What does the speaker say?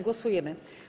Głosujemy.